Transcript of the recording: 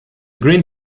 green